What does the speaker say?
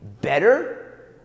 better